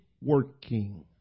working